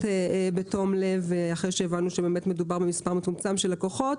בתום לב אחרי שהבנו שמדובר במספר מצומצם של לקוחות.